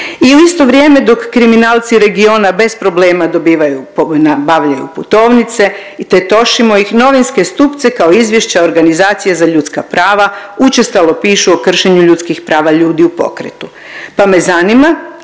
i u isto vrijeme dok kriminalci regiona bez problema dobivaju, .../nerazumljivo/... nabavljaju putovnice i tetošimo ih, novinske stupce kao izvješća organizacija za ljudska prava učestalo pišu o kršenju ljudskih prava ljudi u pokretu pa me zanima